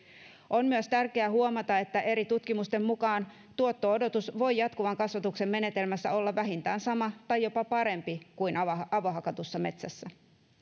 on myös tärkeää huomata että eri tutkimusten mukaan tuotto odotus voi jatkuvan kasvatuksen menetelmässä olla vähintään sama tai jopa parempi kuin avohakatussa metsässä